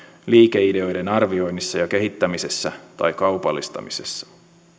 liikeideoiden arvioinnissa ja kehittämisessä tai kaupallistamisessa